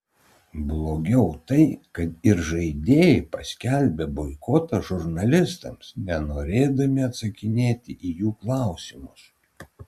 blogiau tai kad ir žaidėjai paskelbė boikotą žurnalistams nenorėdami atsakinėti į jų klausimus